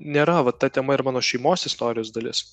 nėra va ta tema ir mano šeimos istorijos dalis